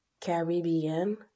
Caribbean